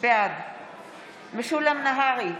בעד משולם נהרי,